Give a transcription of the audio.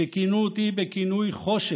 שכינו אותי בכינוי "חושך",